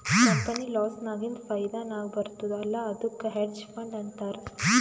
company loss ನಾಗಿಂದ್ ಫೈದಾ ನಾಗ್ ಬರ್ತುದ್ ಅಲ್ಲಾ ಅದ್ದುಕ್ ಹೆಡ್ಜ್ ಫಂಡ್ ಅಂತಾರ್